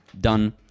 done